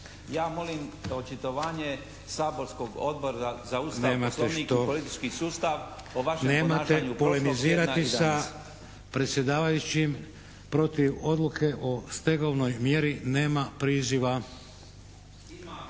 Ja molim očitovanje saborskog Odbora za Ustav, Poslovnik i politički sustav o vašem ponašanju. **Šeks, Vladimir (HDZ)** Nemate polemizirati sa predsjedavajućim protiv odluke o stegovnoj mjeri nema priziva.